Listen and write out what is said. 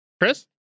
Chris